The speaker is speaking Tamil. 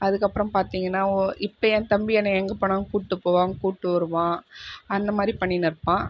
அதற்கப்புறம் பார்த்திங்கன்னா ஒ இப்போ என் தம்பி என்ன எங்கே போனாலும் கூட்டு போவான் கூட்டு வருவான் அந்த மாரி பண்ணின்னு இருப்பான்